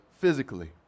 physically